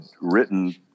written